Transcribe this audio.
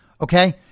Okay